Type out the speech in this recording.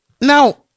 now